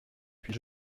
puis